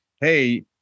hey